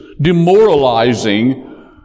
demoralizing